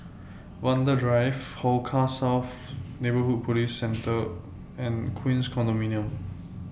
Vanda Drive Hong Kah South Neighbourhood Police Post and Queens Condominium